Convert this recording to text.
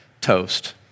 toast